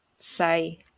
say